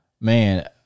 man